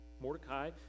Mordecai